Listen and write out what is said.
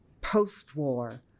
post-war